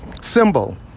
Symbol